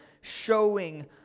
showing